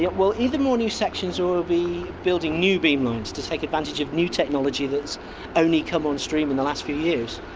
yeah either more new sections or we'll be building new beam lines to take advantage of new technology that's only come on-stream in the last few years.